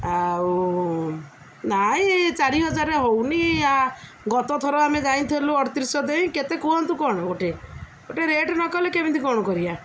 ଆଉ ନାଇଁ ଚାରି ହଜାର ହେଉନି ଗତଥର ଆମେ ଯାଇଥିଲୁ ଅଠତିରିଶ ଦେଇ କେତେ କୁହନ୍ତୁ କ'ଣ ଗୋଟେ ଗୋଟେ ରେଟ୍ ନକଲେ କେମିତି କ'ଣ କରିବା